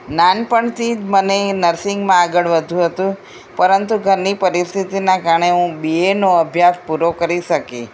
નાનપણથી જ મને નર્સિંગમાં આગળ વધવું હતું પરંતુ ઘરની પરિસ્થિતિના કારણે હું બીએનો અભ્યાસ પૂરો કરી શકી